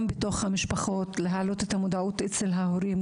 גם בתוך המשפחות להעלות את המודעות אצל ההורים,